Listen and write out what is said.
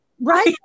Right